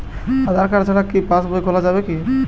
আধার card ছাড়া কি পাসবই খোলা যাবে কি?